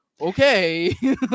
okay